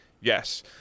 Yes